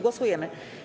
Głosujemy.